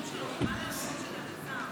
אדוני היושב-ראש, חבריי חברי הכנסת, אדוני השר,